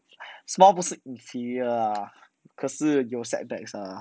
small 不是 inferior lah 可是有 setback ah